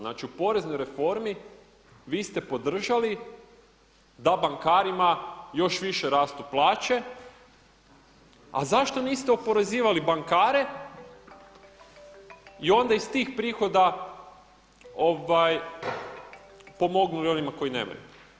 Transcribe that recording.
Znači u poreznoj reformi vi ste podržali da bankarima još više rastu plaće a zašto niste oporezivali bankare i onda iz tih prihoda pomogli onima koji nemaju.